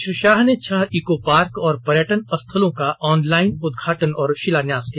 श्री शाह ने छह eco park और पर्यटन स्थलों का ऑलाइन उदघाटन और शिलान्यास किया